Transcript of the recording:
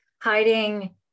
hiding